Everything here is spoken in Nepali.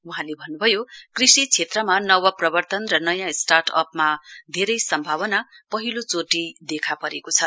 वहाँले भन्नुभयो कृषि क्षेत्रमा नव प्रवर्तन र नयाँ स्टार्टअपमा धेरै सम्भावना पहिलोचोटी देखा परेको छ